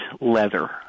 leather